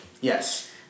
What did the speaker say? Yes